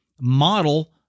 model